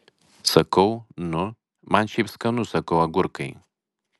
sakau nu man šiaip skanu sakau agurkai